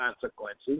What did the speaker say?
consequences